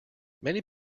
many